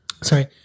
sorry